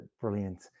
Brilliant